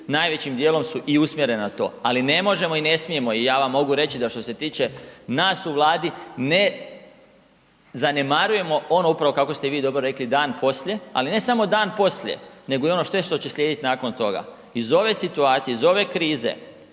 najvećim dijelom su i usmjerene na to. Ali ne možemo i ne smijemo i ja vam mogu reći da što se tiče nas u Vladi ne zanemarujemo ono upravo kako ste i vi dobro rekli, dan poslije, ali ne samo dan poslije nego i sve ono što će slijediti nakon toga. Iz ove situacije, iz ove krize